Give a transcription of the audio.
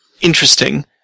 interesting